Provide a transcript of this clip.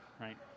Right